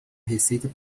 receita